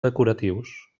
decoratius